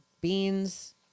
beans